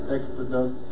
Exodus